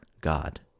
God